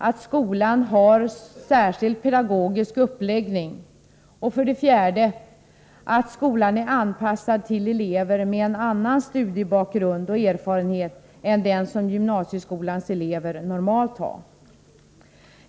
att skolan har särskild pedagogisk uppläggning och 4. att skolan är anpassad till elever med annan studiebakgrund och erfarenhet än den som gymnasieskolans elever normalt har.